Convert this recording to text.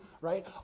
right